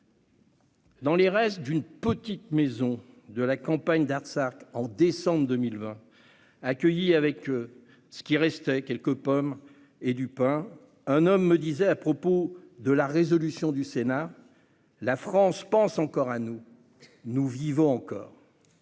Dans les décombres d'une petite maison de la campagne de l'Artsakh en décembre 2020, où j'ai été accueilli avec ce qu'il restait- quelques pommes et du pain -, un homme m'a dit à propos de la résolution du Sénat :« La France pense encore à nous, nous vivons encore !